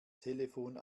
telefon